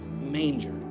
manger